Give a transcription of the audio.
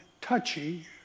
touchy